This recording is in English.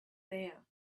there